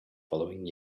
following